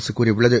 அரசு கூறியுள்ளது